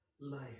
life